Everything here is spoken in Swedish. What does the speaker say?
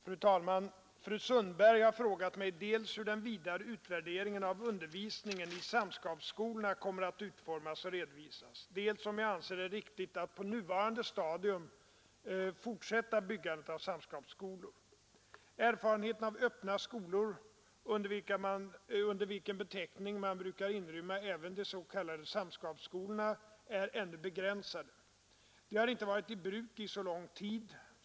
Fru talman! Fru Sundberg har frågat mig dels hur den vidare utvärderingen av undervisningen i samskapsskolorna kommer att utformas och redovisas, dels om jag anser det riktigt att på nuvarande stadium fortsätta byggandet av samskapsskolor. Erfarenheterna av öppna skolor — under vilken beteckning man brukar inrymma även de s.k. samskapsskolorna — är ännu begränsade. De har inte varit i bruk i så lång tid.